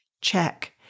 check